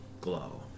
glow